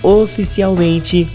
oficialmente